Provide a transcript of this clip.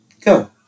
Go